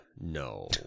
no